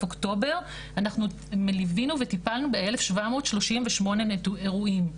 אוקטובר אנחנו ליווינו וטיפלנו באלף שבע מאות שישים ושמונה אירועים.